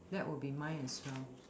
that will be mine as well